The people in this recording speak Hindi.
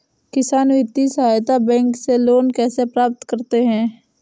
किसान वित्तीय सहायता बैंक से लोंन कैसे प्राप्त करते हैं?